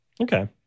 Okay